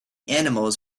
animals